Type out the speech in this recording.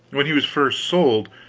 when he was first sold,